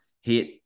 hit